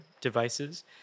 devices